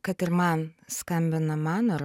kad ir man skambina man ar